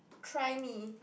try me